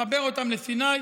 לחבר אותם לסיני.